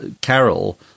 Carol